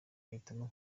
ahitamo